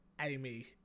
amy